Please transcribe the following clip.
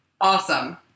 awesome